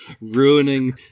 ruining